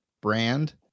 brand